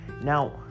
Now